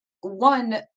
One